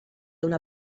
una